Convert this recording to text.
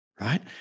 right